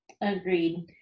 Agreed